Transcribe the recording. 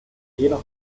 jeder